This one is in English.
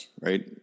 right